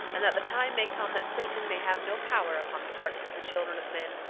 and that the time may come that satan may have no power upon the hearts of the children of men,